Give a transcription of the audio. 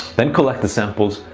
then collect the samples,